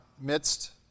midst